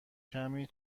کمی